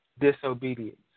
disobedience